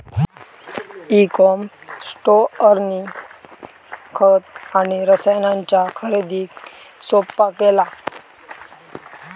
E com स्टोअरनी खत आणि रसायनांच्या खरेदीक सोप्पा केला